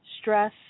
stress